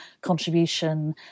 contribution